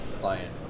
client